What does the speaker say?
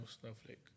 Snowflake